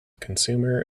consumer